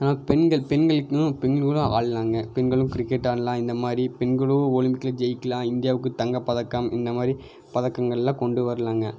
ஆனால் பெண்கள் பெண்களுக்குனும் பெண்கள் கூட ஆடலாங்க பெண்களும் கிரிக்கெட் ஆடலாம் இந்த மாதிரி பெண்களும் ஒலிம்பிக்கில் ஜெயிக்கலாம் இந்தியாவுக்கு தங்க பதக்கம் இந்த மாதிரி பதக்கங்கள்லாம் கொண்டு வர்லாங்க